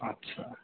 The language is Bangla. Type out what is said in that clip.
আচ্ছা